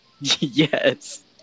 Yes